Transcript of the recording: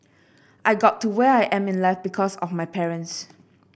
I got to where I am in life because of my parents